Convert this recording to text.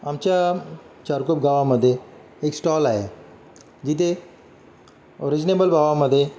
आमच्या चारको गावामध्ये एक स्टॉल आहे जिथे ओरिजनेबल भावामदे